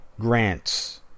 grants